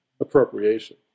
appropriation